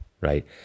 right